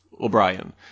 O'Brien